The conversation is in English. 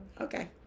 Okay